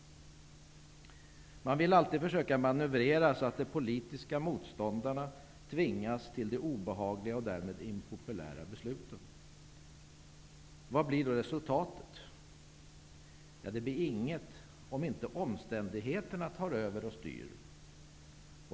Man vill alltid försöka att manövrera så att de politiska motståndarna tvingas till de obehagliga och därmed impopulära besluten. Vad blir då resultatet? Det blir inget, om inte omständigheterna tar över och styr.